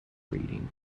breeding